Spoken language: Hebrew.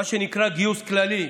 מה שנקרא גיוס כללי.